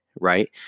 right